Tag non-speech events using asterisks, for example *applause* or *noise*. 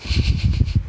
*laughs*